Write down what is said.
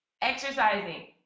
exercising